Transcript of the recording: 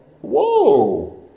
Whoa